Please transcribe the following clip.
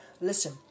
listen